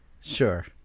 sure